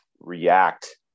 react